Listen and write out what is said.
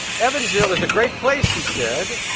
evansville is a great place, he said,